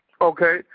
Okay